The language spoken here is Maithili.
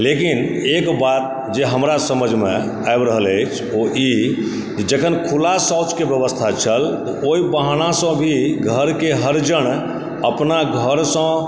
लेकिन एक बात जे हमरा समझमे आबि रहल अछि जे ओ ई कि जखन खुला शौचके व्यवस्था छल ओहि बहानासँ भी घरके हर जन अपना घरसँ